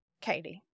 Katie